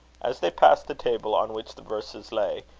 as they passed the table on which the verses lay,